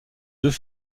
deux